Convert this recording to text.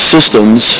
Systems